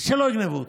שלא יגנבו אותי.